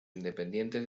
independientes